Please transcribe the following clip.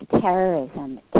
terrorism